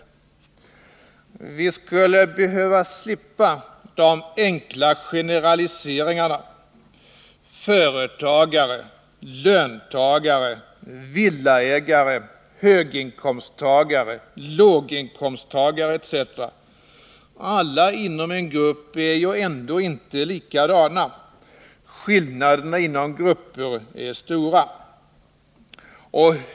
Vi skulle behöva slippa de enkla generaliseringarna: ”Företagare”, ”löntagare”, ”villaägare”, ” en grupp är ju ändå inte likadana. Skillnaderna inom grupper är stora.